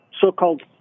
so-called